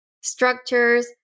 structures